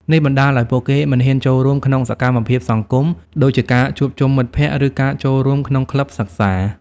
នេះបណ្ដាលឲ្យពួកគេ មិនហ៊ានចូលរួមក្នុងសកម្មភាពសង្គម ដូចជាការជួបជុំមិត្តភក្ដិ ឬការចូលរួមក្នុងក្លឹបសិក្សា។